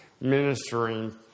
ministering